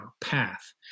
path